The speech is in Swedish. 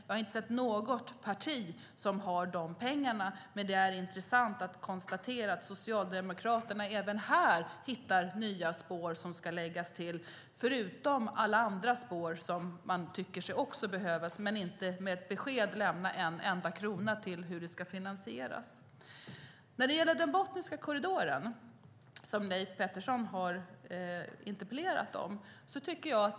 Jag har inte sett något parti som har de pengarna. Det är intressant att konstatera att Socialdemokraterna även här hittar nya spår som ska läggas till, förutom alla andra spår som också behövs, men inte lämnar besked om hur de ska finansieras. Leif Pettersson har interpellerat om Botniska korridoren.